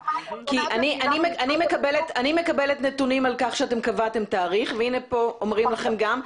אני מקבלת נתונים על כך שאתם קבעתם תאריך והנה פה אומרים לכם גם,